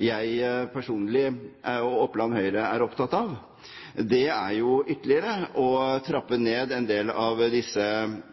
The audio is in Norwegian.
jeg personlig og Oppland Høyre er opptatt av – er å trappe ytterligere ned en del av disse